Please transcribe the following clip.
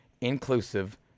inclusive